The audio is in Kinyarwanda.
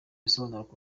bisobanutse